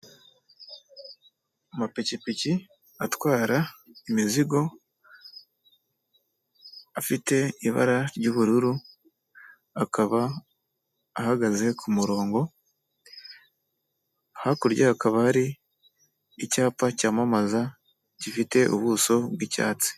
Amapikipiki atwara imizigo, afite ibara ry'ubururu, akaba ahagaze ku murongo, hakurya hakaba hari icyapa cyamamaza gifite ubuso bw'icyatsi.